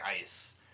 ice